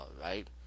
right